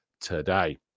today